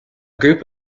group